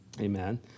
Amen